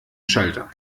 schalter